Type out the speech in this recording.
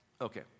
Okay